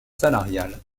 salariale